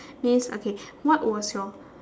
means okay what was your